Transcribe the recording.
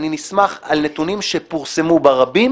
אני נסמך על נתונים שפורסמו ברבים